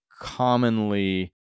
commonly